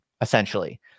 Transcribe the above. essentially